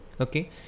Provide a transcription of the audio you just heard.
okay